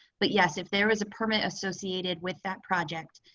but yes, if there is a permit associated with that project.